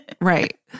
Right